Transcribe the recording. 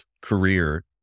career